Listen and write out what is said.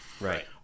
Right